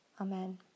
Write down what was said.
Amen